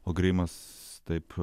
o greimas taip